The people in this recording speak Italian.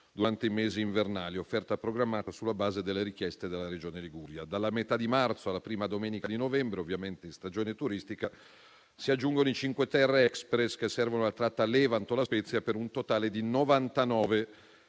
durante i mesi invernali, offerta programmata sulla base delle richieste della Regione Liguria. Dalla metà di marzo alla prima domenica di novembre, in stagione turistica, si aggiungono i Cinque Terre Express, che servono la tratta Levanto-La Spezia per un totale di 99